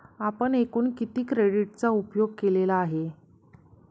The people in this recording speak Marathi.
आपण एकूण किती क्रेडिटचा उपयोग केलेला आहे?